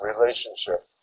relationship